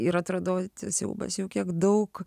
ir atradau siaubas jau kiek daug